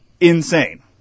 insane